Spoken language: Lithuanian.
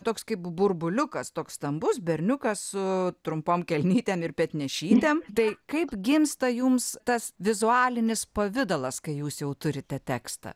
toks kaip burbuliukas toks stambus berniukas su trumpom kelnytėm ir petnešytėm tai kaip gimsta jums tas vizualinis pavidalas kai jūs jau turite tekstą